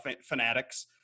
fanatics